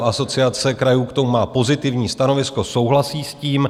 Asociace krajů k tomu má pozitivní stanovisko, souhlasí s tím.